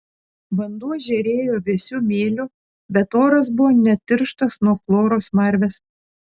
vanduo žėrėjo vėsiu mėliu bet oras buvo net tirštas nuo chloro smarvės